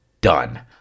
done